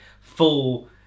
full